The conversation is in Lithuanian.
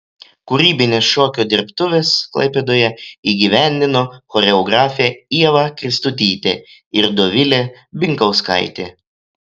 kūrybines šokio dirbtuves klaipėdoje įgyvendino choreografė ieva kristutytė ir dovilė binkauskaitė